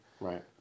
Right